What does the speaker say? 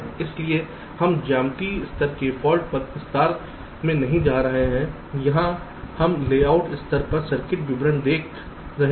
इसलिए हम ज्यामितीय स्तर के फाल्ट मॉडल पर विस्तार से नहीं जा रहे हैं यहां हम लेआउट स्तर पर सर्किट विवरण देख रहे हैं